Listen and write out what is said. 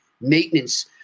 Maintenance